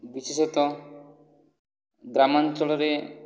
ବିଶେଷତଃ ଗ୍ରାମାଞ୍ଚଳରେ